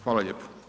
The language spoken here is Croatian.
Hvala lijepo.